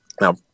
Now